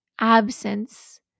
Absence